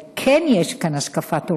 אבל כן יש כאן השקפת עולם,